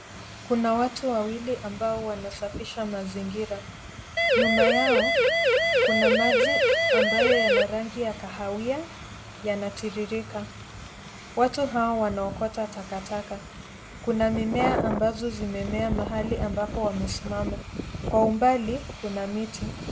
Kuna watu wawili ambao wanasafisha mazingira. Nyuma yao kuna maji ambayo yana rangi ya kahawia yanatiririka. Watu hao wanaokota takataka. Kuna mimea ambazo zimemea mahali ambapo wamesimama. Kwa umbali kuna miti.